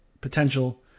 potential